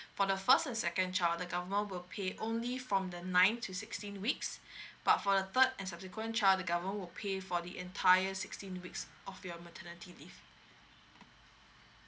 for the first and second child the government will pay only from the nine to sixteen weeks but for the third and subsequent child the government will pay for the entire sixteen weeks of your maternity leave